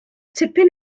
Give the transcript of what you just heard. tipyn